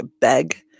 beg